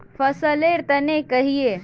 फसल लेर तने कहिए?